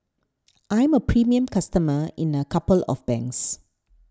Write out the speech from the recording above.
I'm a premium customer in a couple of banks